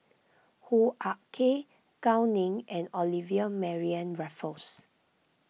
Hoo Ah Kay Gao Ning and Olivia Mariamne Raffles